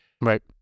right